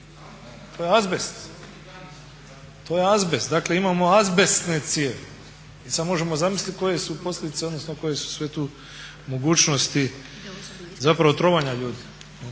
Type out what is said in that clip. to je azbest. Dakle imamo azbestne cijevi i sad možemo zamislit koje su posljedice, odnosno koje su sve tu mogućnosti zapravo trovanja ljudi.